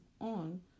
on